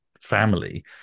family